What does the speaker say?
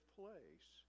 place